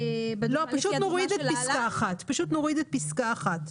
פשוט נוריד את פסקה (1)